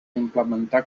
implementar